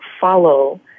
follow